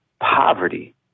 poverty